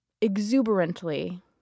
exuberantly